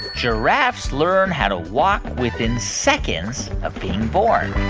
giraffes learn how to walk within seconds of being born?